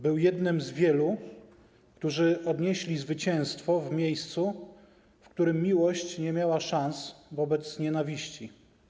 Był jednym z wielu, którzy odnieśli zwycięstwo w miejscu, w którym miłość nie miała szans wobec nienawiści.